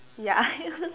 ya it was